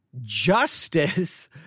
justice